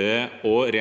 Nå er